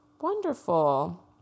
Wonderful